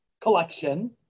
collection